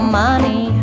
money